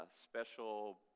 special